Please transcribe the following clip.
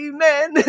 Amen